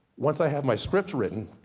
once i have my script written,